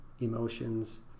emotions